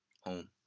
home